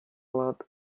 lot